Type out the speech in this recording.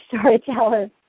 storyteller